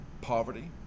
poverty